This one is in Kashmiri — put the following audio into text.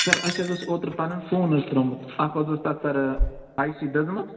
سَر اَسہِ حظ اوس اوترٕ پَنُن فون حظ ترٛومُت اَکھ حظ اوس تَتھ سَر آی سی دٔزمٕژ